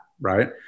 right